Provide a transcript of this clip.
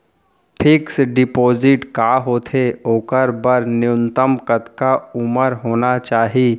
Fix deposit का होथे ओखर बर न्यूनतम कतका उमर होना चाहि?